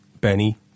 Benny